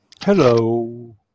Hello